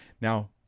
Now